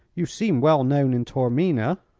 you seem well known in taormina.